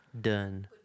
Done